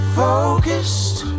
focused